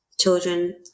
children